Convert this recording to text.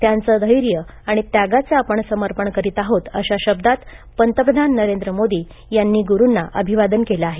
त्याचेधैर्य आणि त्यागाचं स्मरण आपण करीत आहोत अशा शब्दांत पंतप्रधान नरेंद्र मोदी यांनी गुरुंना अभिवादन केलं आहे